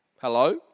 Hello